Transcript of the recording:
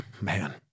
Man